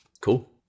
Cool